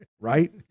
Right